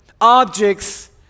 Objects